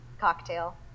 Cocktail